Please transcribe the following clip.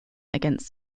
against